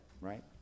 right